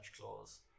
clause